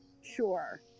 Sure